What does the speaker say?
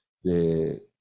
de